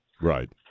Right